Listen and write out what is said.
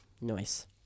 Nice